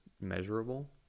measurable